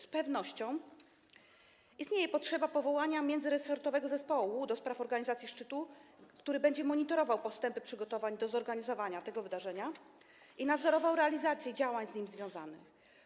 Z pewnością istnieje potrzeba powołania międzyresortowego zespołu do spraw organizacji szczytu, który będzie monitorował postępy przygotowań do zorganizowania tego wydarzenia i nadzorował realizację działań z nim związanych.